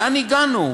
לאן הגענו?